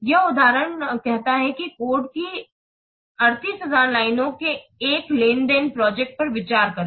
यह उदाहरण कहता है कि कोड की 38000 लाइनों के एक लेन देन प्रोजेक्ट पर विचार करें